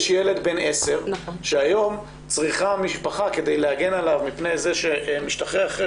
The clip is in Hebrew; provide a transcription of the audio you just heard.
יש ילד בן 10 שהיום צריכה המשפחה להגן עליו מפני זה שמשתחרר אחרי